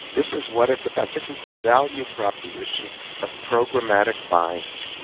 this is what it's about. this is the value proposition of programmatic buying.